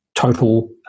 total